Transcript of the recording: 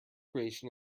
creation